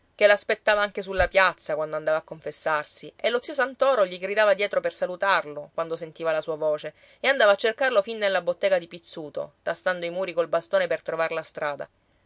che l'aspettava anche sulla piazza quando andava a confessarsi e lo zio santoro gli gridava dietro per salutarlo quando sentiva la sua voce e andava a cercarlo fin nella bottega di pizzuto tastando i muri col bastone per trovar la strada